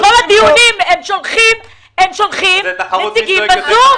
בכל דיון הם שולחים נציגים בזום.